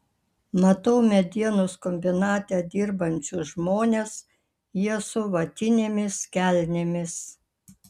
matau medienos kombinate dirbančius žmones jie su vatinėmis kelnėmis